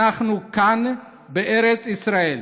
אנחנו כאן בארץ ישראל,